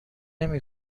نمی